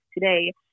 today